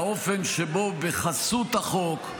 באופן שבו בחסות החוק,